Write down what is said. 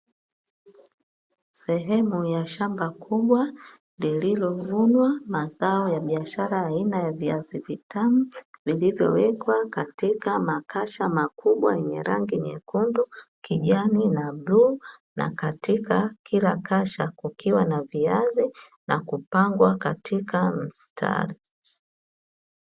Sehemu ya shamba kubwa lililovunwa mazao ya biashara ya viazi vitamu, vilivyowekwa katika makasha makubwa ya rangi nyekundu, kijani na bluu. Katika kila kasha kuna viazi na kupangwa katika mstari.